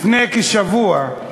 לפני כשבוע,